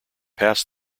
pass